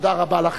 תודה רבה לכם.